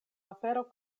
afero